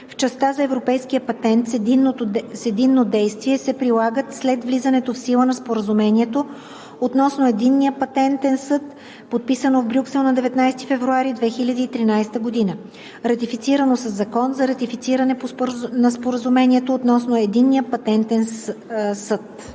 в частта за европейския патент с единно действие се прилагат след влизане в сила на Споразумението относно Единния патентен съд, подписано в Брюксел на 19 февруари 2013 г., ратифицирано със Закон за ратифициране на Споразумението относно Единния патентен съд